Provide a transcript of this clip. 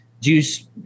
juice